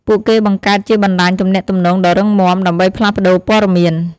ពួកគេបង្កើតជាបណ្តាញទំនាក់ទំនងដ៏រឹងមាំ ដើម្បីផ្លាស់ប្តូរព័ត៌មាន។